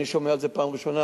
אני שומע על זה פעם ראשונה,